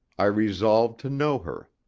i resolved to know her.